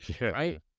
Right